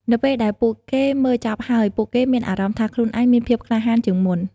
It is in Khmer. នៅពេលដែលពួកគេមើលចប់ហើយ ពួកគេមានអារម្មណ៍ថាខ្លួនឯងមានភាពក្លាហានជាងមុន។